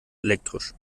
elektrisch